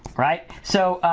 right? so,